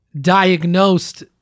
diagnosed